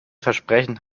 versprechen